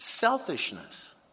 Selfishness